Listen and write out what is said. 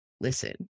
listen